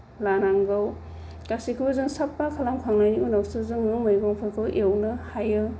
लानांगौ गासैखौबो जोङो साफा खालामखांनायनि उनावसो जोङो मैगंफोरखौ एवनो हायो